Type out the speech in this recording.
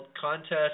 contest